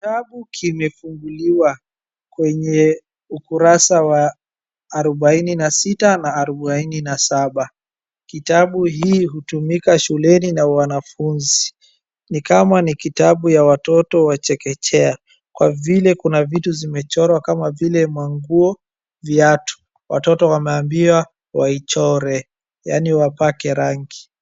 Kitabu kimefunguliwa kwenye ukurasa wa arubaini na sita na arubaini na saba, kitabu hii hutumika shuleni na wanafunzi, nikama ni kitabu ya watoto wa checkechea kwa vile kuna vitu zimechorowa kama vile manguo viatu ,watoto wameeambiwa waichore yaani wapake rangi.